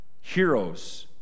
heroes